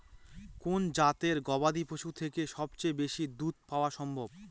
কোন জাতের গবাদী পশু থেকে সবচেয়ে বেশি দুধ পাওয়া সম্ভব?